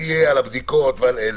תודה לך.